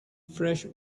fresh